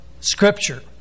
scripture